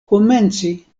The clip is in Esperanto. komenci